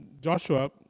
Joshua